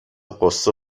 غصه